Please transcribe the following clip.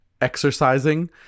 exercising